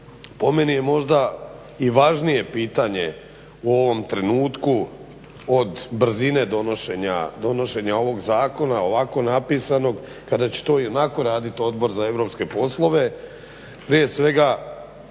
po meni je možda i važnije pitanje u ovom trenutku od brzine donošenja ovog zakona ovako napisanog kada će to ionako raditi Odbor za europske poslove. Prije svega